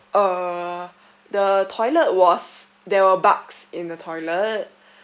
uh the toilet was there were bugs in the toilet